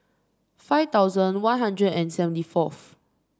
five thousand One Hundred and seventy fourth